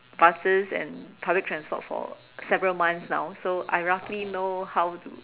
buses and public transport for several months now so I roughly know how to